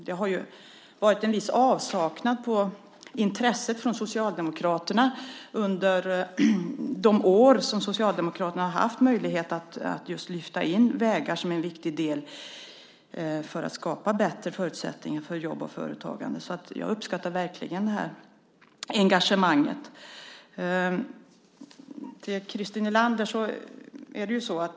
Det har ju varit en viss avsaknad av intresse från Socialdemokraterna under de år som Socialdemokraterna har haft möjlighet att just lyfta in vägar som en viktig del för att skapa bättre förutsättningar för jobb och företagande. Så jag uppskattar verkligen det här engagemanget. Christer Nylander!